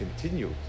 continued